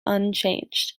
unchanged